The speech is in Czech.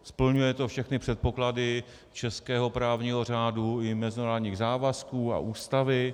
Splňuje to všechny předpoklady českého právního řádu i mezinárodních závazků a Ústavy.